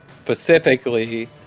specifically